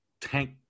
tank